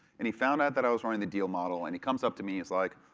and he found out that i was running the deal model. and he comes up to me, he's like,